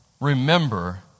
remember